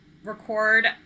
record